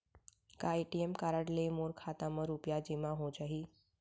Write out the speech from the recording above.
का ATM card ले मोर खाता म रुपिया जेमा हो जाही?